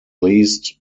least